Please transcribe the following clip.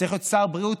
צריך להיות שר בריאות?